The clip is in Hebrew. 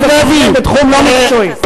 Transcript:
בתחום לא מקצועי.